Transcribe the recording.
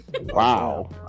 Wow